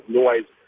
noise